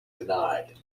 denied